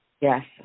Yes